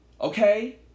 Okay